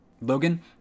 Logan